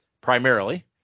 primarily